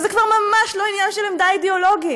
וזה כבר ממש לא עניין של עמדה אידיאולוגית,